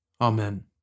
Amen